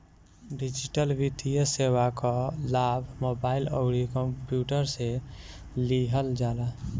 digital वित्तीय सेवा कअ लाभ मोबाइल अउरी कंप्यूटर से लिहल जाला